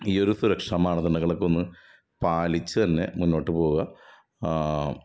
ഈ ഒരു സുരക്ഷ മാനദണ്ഡങ്ങളൊക്കെ ഒന്ന് പാലിച്ച് തന്നെ മുന്നോട്ട് പോവുക